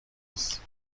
است